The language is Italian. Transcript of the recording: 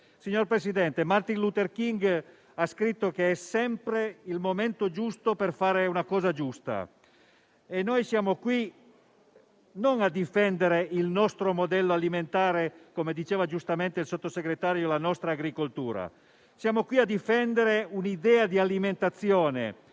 Martin Luther King ha scritto che è sempre il momento giusto per fare una cosa giusta e noi siamo qui non a difendere il nostro modello alimentare e, come diceva giustamente il Sottosegretario, la nostra agricoltura; siamo qui a difendere un'idea di alimentazione